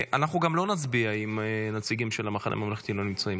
אנחנו גם לא נצביע אם הנציגים של המחנה הממלכתי לא נמצאים.